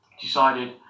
decided